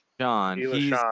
Sean